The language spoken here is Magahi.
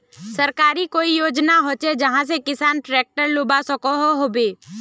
सरकारी कोई योजना होचे जहा से किसान ट्रैक्टर लुबा सकोहो होबे?